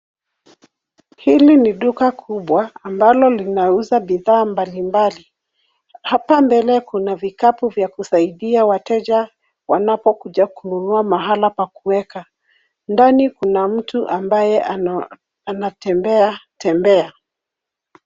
Hili ni duka kubwa ambalo linauza bidhaa mbalimbali. Hapa mbele kuna vikapu vya kusaidia wateja wanapokuja kununua mahala pa kuweka. Ndani kuna mtu ambaye anatembea tembea.